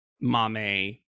Mame